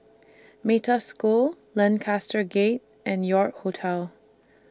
Metta School Lancaster Gate and York Hotel